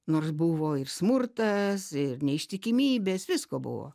nors buvo ir smurtas ir neištikimybės visko buvo